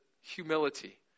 humility